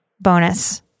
Bonus